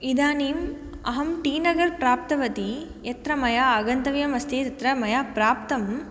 इदानीम् अहं टी नगर् प्राप्तवती यत्र मया आगन्तव्यमस्ति तत्र मया प्राप्तम्